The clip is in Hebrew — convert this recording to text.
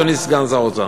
אדוני סגן שר האוצר,